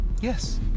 Yes